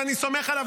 ואני סומך עליו,